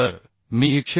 तर मी 145